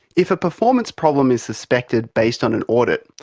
if a performance problem is suspected based on an audit,